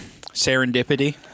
Serendipity